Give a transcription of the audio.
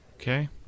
Okay